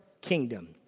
kingdom